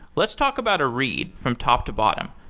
let's talk about a read from top to bottom.